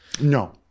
No